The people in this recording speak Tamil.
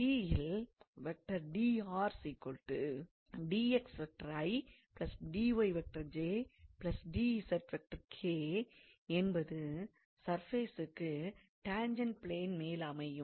P இல் என்பது சர்ஃபேசுக்கு டாண்ஜெண்ட் பிளேனின் மேல் அமையும்